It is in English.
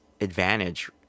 advantage